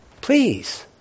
Please